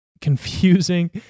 confusing